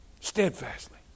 Steadfastly